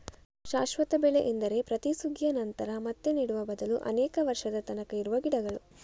ಶಾಶ್ವತ ಬೆಳೆ ಎಂದರೆ ಪ್ರತಿ ಸುಗ್ಗಿಯ ನಂತರ ಮತ್ತೆ ನೆಡುವ ಬದಲು ಅನೇಕ ವರ್ಷದ ತನಕ ಇರುವ ಗಿಡಗಳು